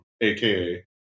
aka